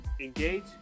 Engage